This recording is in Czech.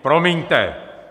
Promiňte.